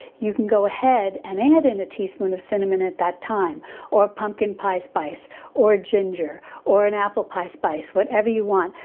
you can go ahead and add in a teaspoon of cinnamon at that time or pumpkin pie spice or ginger or an apple pie spice, whatever you want.